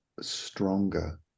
stronger